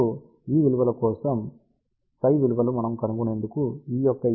ఇప్పుడుఈ విలువలుకోసం ψ విలువలు మనము కనుగొనేందుకు E యొక్క ఈ ఎక్ష్ప్రెషన్ ని ఉపయోగించవచ్చు